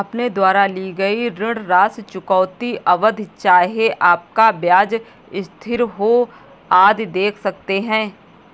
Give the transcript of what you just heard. अपने द्वारा ली गई ऋण राशि, चुकौती अवधि, चाहे आपका ब्याज स्थिर हो, आदि देख सकते हैं